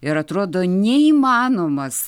ir atrodo neįmanomas